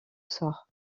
sort